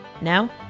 Now